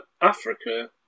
Africa